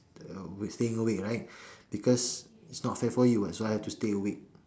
with staying awake right because it's not fair for you [what] so I have to stay awake